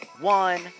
one